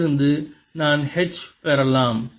அதிலிருந்து நான் H பெறலாம்